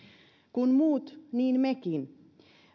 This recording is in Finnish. kun muut niin mekin